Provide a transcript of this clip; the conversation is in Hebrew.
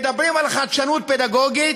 מדברים על חדשנות פדגוגית,